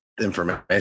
information